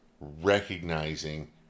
recognizing